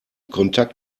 kontakt